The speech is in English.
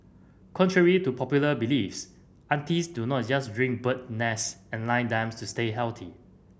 contrary to popular beliefs aunties do not just drink bird's nest and line dance to stay healthy